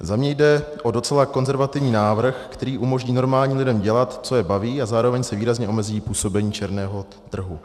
Za mě jde o docela konzervativní návrh, který umožní normálním lidem dělat, co je baví, a zároveň se výrazně omezí působení černého trhu.